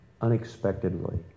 unexpectedly